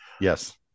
Yes